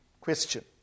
question